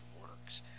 works